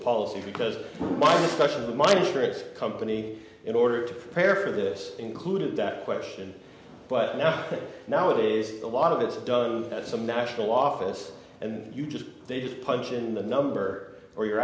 policy because my discussions with my district company in order to prepare for this included that question but nothing nowadays a lot of it's done at some national office and you just they just punch in the number or your